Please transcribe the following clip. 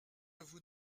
vous